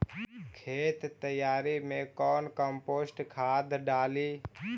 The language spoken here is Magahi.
खेत तैयारी मे कौन कम्पोस्ट खाद डाली?